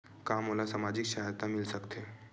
का मोला सामाजिक सहायता मिल सकथे?